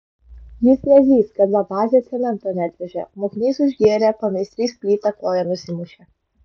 jis nezys kad va bazė cemento neatvežė mokinys užgėrė pameistrys plyta koją nusimušė